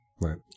Right